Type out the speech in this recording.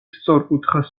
სწორკუთხა